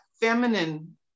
feminine